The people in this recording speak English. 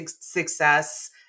success